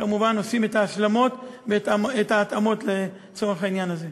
כמובן עושים את ההשלמות ואת ההתאמות לצורך העניין הזה.